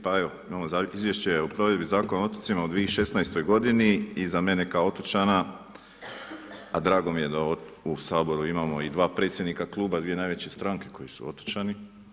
Pa evo imamo Izvješće o provedbi Zakona o otocima u 2016. godini i za mene kao otočana a drago mi je da u Saboru imamo i dva predsjednika kluba, dvije najveće stranke koji su otočani.